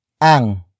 ang